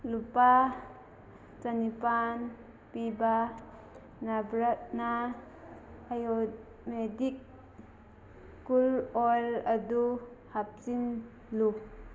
ꯂꯨꯄꯥ ꯆꯅꯤꯄꯥꯟ ꯄꯤꯕ ꯅꯚꯔꯠꯅ ꯑꯌꯨꯔꯚꯦꯗꯤꯛ ꯀꯨꯜ ꯑꯣꯏꯜ ꯑꯗꯨ ꯍꯥꯞꯆꯤꯜꯂꯨ